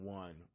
one